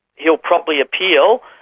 he'll probably appeal,